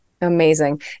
Amazing